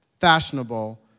fashionable